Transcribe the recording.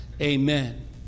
Amen